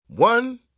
One